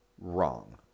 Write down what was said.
wrong